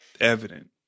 evident